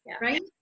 right